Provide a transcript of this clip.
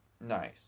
nice